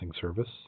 service